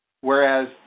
Whereas